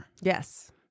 Yes